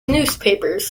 newspapers